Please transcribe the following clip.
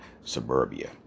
suburbia